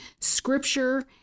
scripture